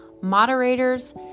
moderators